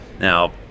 Now